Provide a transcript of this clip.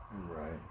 right